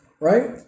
right